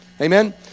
Amen